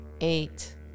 eight